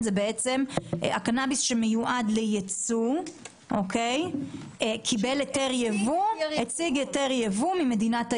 נאמר שהקנאביס שמיועד לייצוא הציג היתר יבוא ממדינת היעד.